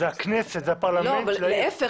זאת הכנסת, זה הפרלמנט של העיר.